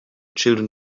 children